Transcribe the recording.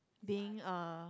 being a